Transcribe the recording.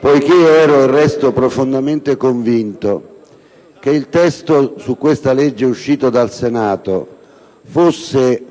poiché ero e resto profondamente convinto che il testo del disegno di legge approvato dal Senato fosse